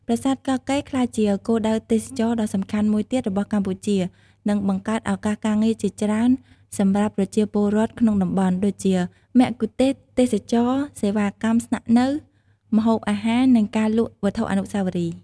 ប្រាសាទកោះកេរ្តិ៍ ក្លាយជាគោលដៅទេសចរណ៍ដ៏សំខាន់មួយទៀតរបស់កម្ពុជា និងបង្កើតឱកាសការងារជាច្រើនសម្រាប់ប្រជាពលរដ្ឋក្នុងតំបន់ ដូចជាមគ្គុទ្ទេសក៍ទេសចរណ៍ សេវាកម្មស្នាក់នៅ ម្ហូបអាហារ និងការលក់វត្ថុអនុស្សាវរីយ៍។